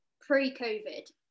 pre-covid